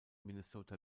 minnesota